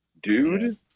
dude